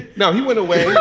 now he went away